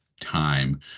time